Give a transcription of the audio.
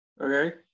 okay